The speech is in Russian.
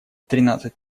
тринадцать